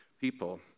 people